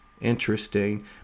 interesting